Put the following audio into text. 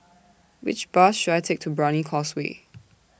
Which Bus should I Take to Brani Causeway